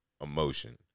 emotion